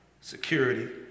security